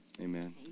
amen